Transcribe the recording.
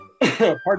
pardon